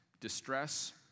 distress